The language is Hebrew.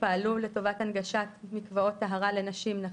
ופעלו לטובת הנגשת מקוואות טהרה לנשים נכות,